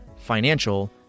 financial